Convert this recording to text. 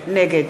נגד